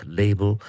label